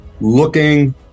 looking